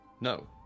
No